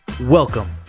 Welcome